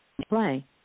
play